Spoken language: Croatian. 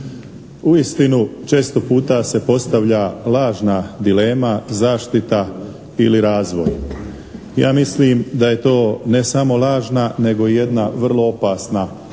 Uistinu, često puta se postavlja lažna dilema, zaštita ili razvoj? Ja mislim da je to ne samo lažna nego jedna vrlo opasna dilema.